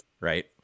Right